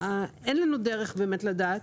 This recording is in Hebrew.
אין לנו דרך באמת לדעת,